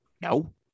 No